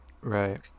Right